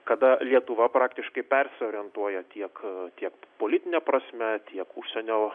kada lietuva praktiškai persiorientuoja tiek tiek politine prasme tiek užsienio